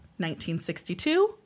1962